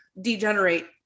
degenerate